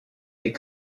des